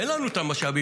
ואין לנו את המשאבים,